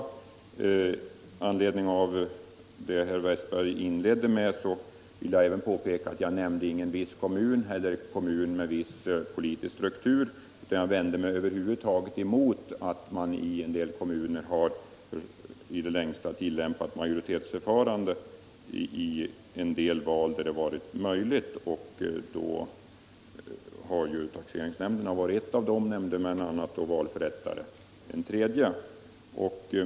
Med anledning av det som herr Westberg i i Hofors inledningsvis sade vill jag även påpeka att jag inte nämnde någon kommun med viss politisk struktur utan över huvud taget riktade mig emot att man i vissa kommuner i det längsta har tillämpat majoritetsförfarandet vid de val där det varit möjligt. Taxeringsnämnderna har varit ett av dessa; andra val har gällt nämndemän och valförrättare.